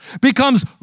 becomes